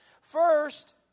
First